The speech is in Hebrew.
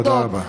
תודה רבה.